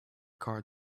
card